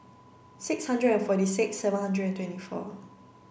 six hundred and forty six seven hundred and twenty four